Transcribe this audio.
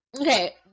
Okay